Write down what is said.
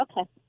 Okay